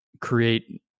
create